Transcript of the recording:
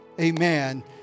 amen